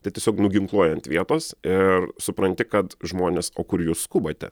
tai tiesiog nuginkluoja ant vietos ir supranti kad žmonės o kur jūs skubate